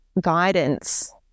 guidance